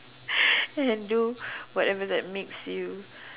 and do whatever that makes you